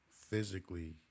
physically